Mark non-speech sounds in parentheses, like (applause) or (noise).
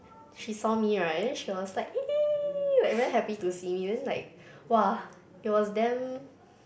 she saw me right then she was like (noise) like very happy to see me then like !wah! it was damn